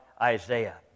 Isaiah